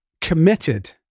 committed